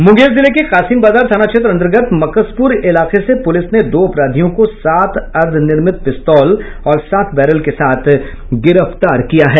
मुंगेर जिले के कासिम बाजार थाना क्षेत्र अन्तर्गत मक्कसपुर इलाके से पुलिस ने दो अपराधियों को सात अर्द्वनिर्मित पिस्तौल और सात बैरल के साथ गिरफ्तार किया है